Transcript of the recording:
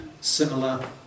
similar